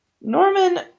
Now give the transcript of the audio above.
Norman